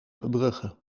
brugge